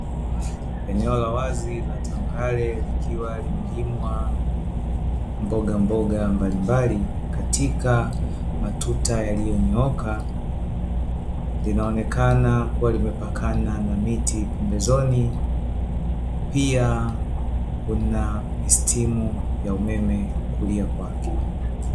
Eneo la wazi la tambarare likiwa limelimwa mbogamboga mbalimbali katika matuta yaliyonyooka, linaonekana kuwa limepakana na miti pembezoni pia kuna mistimu ya umeme kulia kwake.